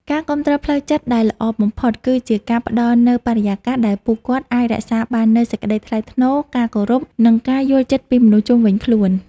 ការគាំទ្រផ្លូវចិត្តដែលល្អបំផុត គឺជាការផ្ដល់នូវបរិយាកាសដែលពួកគាត់អាចរក្សាបាននូវសេចក្តីថ្លៃថ្នូរ ការគោរព និងការយល់ចិត្តពីមនុស្សជុំវិញខ្លួន។